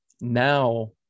now